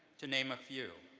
to name a few.